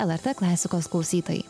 el er tė klasikos klausytojai